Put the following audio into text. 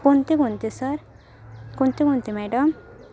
कोणते कोणते सर कोणते कोणते मॅडम